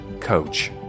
coach